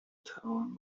توان